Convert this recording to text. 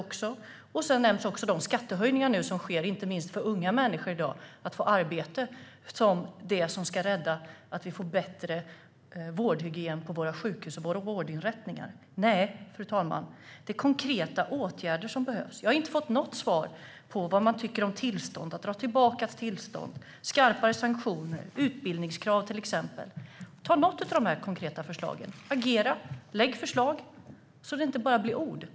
Här nämns också de skattehöjningar som nu sker, inte minst på unga människors arbete, som ett sätt att få bättre vårdhygien på våra sjukhus och vårdinrättningar. Nej, fru talman, det är konkreta åtgärder som behövs. Jag har inte fått något svar på vad man tycker om att dra tillbaka tillstånd, om skarpare sanktioner och utbildningskrav. Ta något av dessa konkreta förslag! Agera och lägg fram förslag så att det inte bara blir ord!